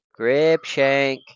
Gripshank